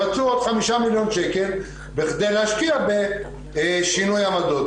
רצו עוד חמישה מיליון שקל בכדי להשקיע בשינוי עמדות.